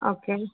okay